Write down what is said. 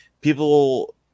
People